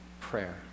prayer